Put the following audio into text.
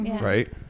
right